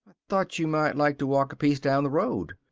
thought you might like to walk a piece down the road.